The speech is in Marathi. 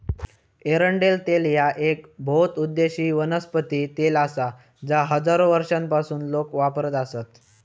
एरंडेल तेल ह्या येक बहुउद्देशीय वनस्पती तेल आसा जा हजारो वर्षांपासून लोक वापरत आसत